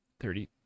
Thirty